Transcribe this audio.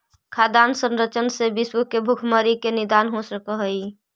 खाद्यान्न संरक्षण से विश्व के भुखमरी के निदान हो सकऽ हइ